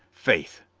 faith,